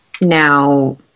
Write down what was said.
Now